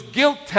guilt